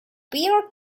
beer